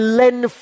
lend